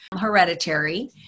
hereditary